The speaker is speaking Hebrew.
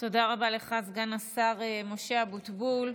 תודה רבה לך, סגן השר משה אבוטבול.